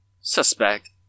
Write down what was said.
Suspect